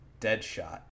Deadshot